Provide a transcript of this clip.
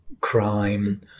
crime